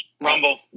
Rumble